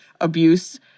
abuse